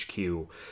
hq